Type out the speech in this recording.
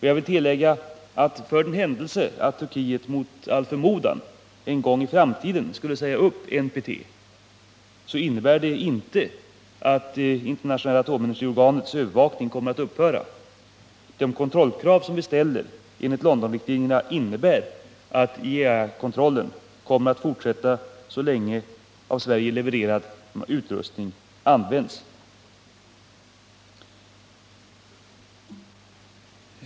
Jag vill tillägga att för den händelse att Turkiet mot all förmodan en gång i framtiden skulle säga upp NPT-avtalet innebär det inte, att Internationella atomenergiorganets övervakning kommer att upphöra. De kontrollkrav som uppställts enligt Londonriktlinjerna innebär att IAEA-kontrollen kommer att fortsätta så länge som av Sverige levererad utrustning används.